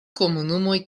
komunumoj